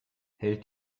hält